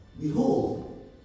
Behold